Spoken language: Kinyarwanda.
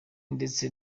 ndetse